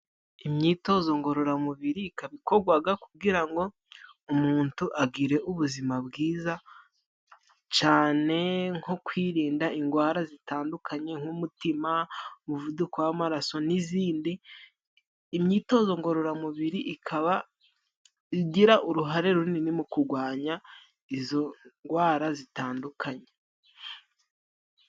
Imyitozo ngororamubiri ikaba ikogwaga kugira ngo umuntu agire ubuzima bwiza, cane nko kwirinda ingwara zitandukanye nk'umutima, umuvuduko w'amaraso n'izindi. Imyitozo ngororamubiri ikaba igira uruhare runini mu kugwanya izo ngwara zitandukanye.